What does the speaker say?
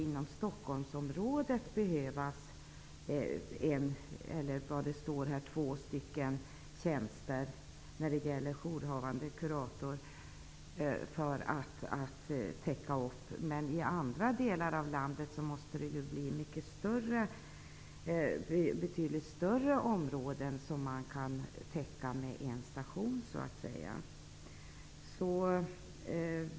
Inom Stockholmsområdet kan det naturligtvis behövas två tjänster som jourhavande kurator för att täcka upp behovet. Men i andra delar av landet måste man kunna täcka betydligt större områden med en station. Herr talman!